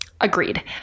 Agreed